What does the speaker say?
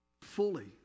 fully